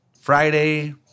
Friday